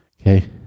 Okay